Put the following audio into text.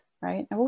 right